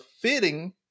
fitting